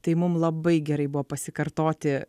tai mum labai gerai buvo pasikartoti